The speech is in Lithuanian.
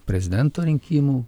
prezidento rinkimų